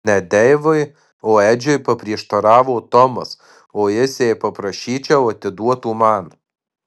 ne deivui o edžiui paprieštaravo tomas o jis jei paprašyčiau atiduotų man